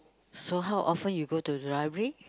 so how often you go to the library